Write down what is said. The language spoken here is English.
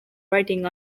writing